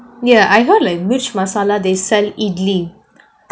ya I heard like mirchi masala they sell idli